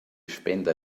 spender